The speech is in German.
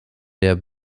der